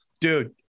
dude